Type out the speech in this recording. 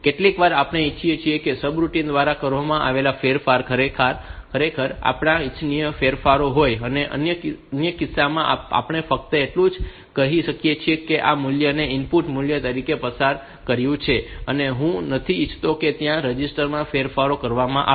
કેટલીકવાર આપણે ઇચ્છીએ છીએ કે સબરૂટિન દ્વારા કરવામાં આવેલ ફેરફાર ખરેખર આપણા ઈચ્છીત ફેરફાર હોય અને અન્ય કિસ્સામાં આપણે ફક્ત એટલું જ કહી શકીએ કે આ મૂલ્ય મેં ઇનપુટ મૂલ્ય તરીકે પસાર કર્યું છે અને હું નથી ઈચ્છતો કે ત્યાં રજિસ્ટર માં ફેરફાર કરવામાં આવે